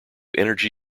energy